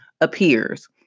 appears